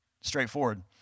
straightforward